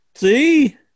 See